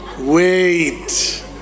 wait